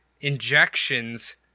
injections